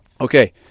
okay